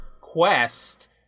quest